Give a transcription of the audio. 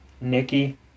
Nikki